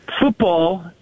Football